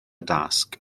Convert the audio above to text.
dasg